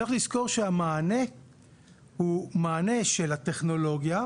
צריך לזכור שהמענה הוא מענה של הטכנולוגיה,